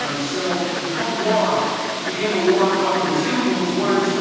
ah so the cold war became a war fought through symbols, words,